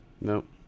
Nope